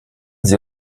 sie